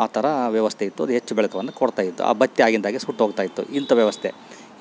ಆ ಥರ ವ್ಯವಸ್ಥೆಯಿತ್ತು ಅದು ಹೆಚ್ಚು ಬೆಳಕನ್ನ ಕೊಡ್ತಾಯಿತ್ತು ಆ ಬತ್ತಿ ಆಗಿಂದಾಗೆ ಸುಟ್ಟು ಹೋಗ್ತಾಯಿತ್ತು ಇಂಥ ವ್ಯವಸ್ಥೆ